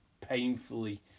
painfully